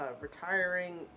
retiring